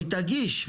היא תגיש,